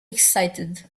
excited